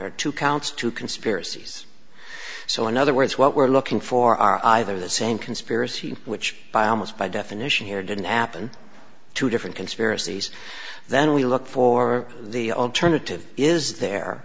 counts two conspiracies so in other words what we're looking for are either the same conspiracy which by almost by definition here didn't appen two different conspiracies then we look for the alternative is there